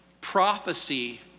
Prophecy